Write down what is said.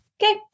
Okay